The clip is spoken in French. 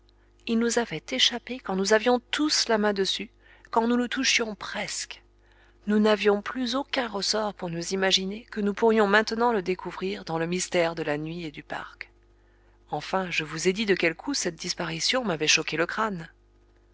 il nous avait échappé quand nous avions tous la main dessus quand nous le touchions presque nous n'avions plus aucun ressort pour nous imaginer que nous pourrions maintenant le découvrir dans le mystère de la nuit et du parc enfin je vous ai dit de quel coup cette disparition m'avait choqué le crâne